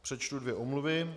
Přečtu dvě omluvy.